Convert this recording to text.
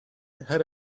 her